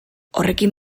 horrekin